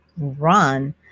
run